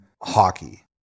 hockey